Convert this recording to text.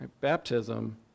Baptism